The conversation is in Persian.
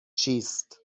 چیست